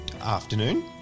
afternoon